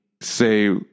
say